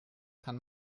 kann